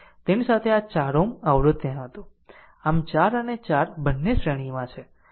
તેની સાથે આ 4 Ω અવરોધ ત્યાં હતો આમ 4 અને 4 બંને શ્રેણીમાં છે